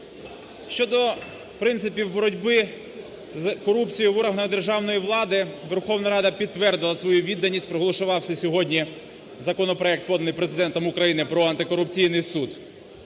Щодо принципів боротьби з корупцією в органах державної влади, Верховна Рада підтвердила свою відданість, проголосувавши сьогодні законопроект, поданий Президентом України про антикорупційний суд.